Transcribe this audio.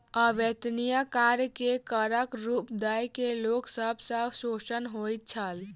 अवेत्निया कार्य के करक रूप दय के लोक सब के शोषण होइत छल